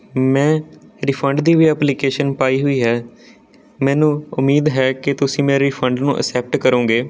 ਮੈਂ ਰਿਫੰਡ ਦੀ ਵੀ ਐਪਲੀਕੇਸ਼ਨ ਪਾਈ ਹੋਈ ਹੈ ਮੈਨੂੰ ਉਮੀਦ ਹੈ ਕਿ ਤੁਸੀਂ ਮੇਰੇ ਰਿਫੰਡ ਨੂੰ ਅਸੈਪਟ ਕਰੋਂਗੇ